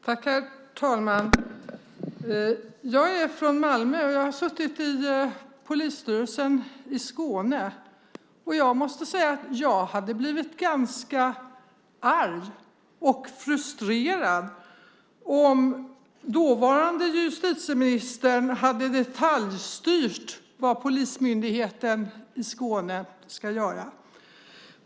Herr talman! Jag är från Malmö, och jag har suttit i polisstyrelsen i Skåne. Jag måste säga att jag hade blivit ganska arg och frustrerad om dåvarande justitieministern hade detaljstyrt vad Polismyndigheten i Skåne skulle göra.